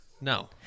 No